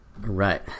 Right